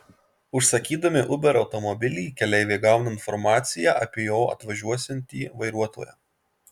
užsakydami uber automobilį keleiviai gauna informaciją apie jo atvažiuosiantį vairuotoją